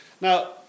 Now